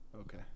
Okay